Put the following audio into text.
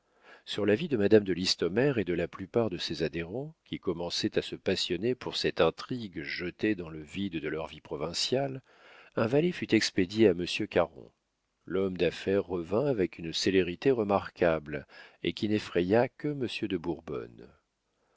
sur l'avis de madame de listomère et de la plupart de ses adhérents qui commençaient à se passionner pour cette intrigue jetée dans le vide de leur vie provinciale un valet fut expédié à monsieur caron l'homme d'affaires revint avec une célérité remarquable et qui n'effraya que monsieur de